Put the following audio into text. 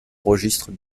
registre